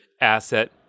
asset